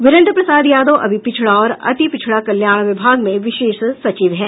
वीरेंद्र प्रसाद यादव अभी पिछड़ा और अति पिछड़ा कल्याण विभाग में विशेष सचिव हैं